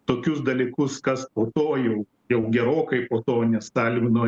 tokius dalykus kas po to jau jau gerokai po to ne stalino